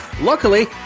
Luckily